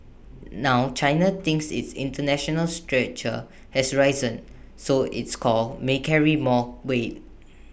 now China thinks its International stature has risen so its calls may carry more weight